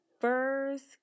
first